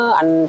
anh